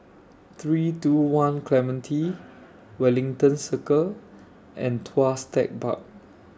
three two one Clementi Wellington Circle and Tuas Tech Park